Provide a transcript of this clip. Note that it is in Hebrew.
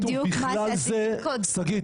שגית,